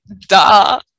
duh